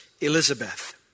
Elizabeth